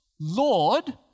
Lord